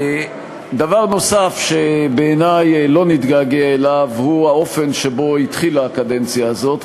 דבר נוסף שלדעתי לא נתגעגע אליו הוא האופן שבו התחילה הקדנציה הזאת,